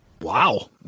Wow